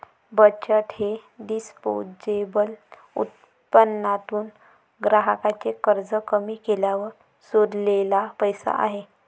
बचत हे डिस्पोजेबल उत्पन्नातून ग्राहकाचे खर्च कमी केल्यावर सोडलेला पैसा आहे